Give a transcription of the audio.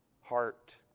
heart